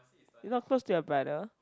you not close to your brother